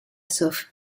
south